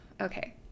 okay